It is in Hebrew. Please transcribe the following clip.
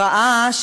הכרעה,